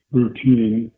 routine